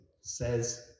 says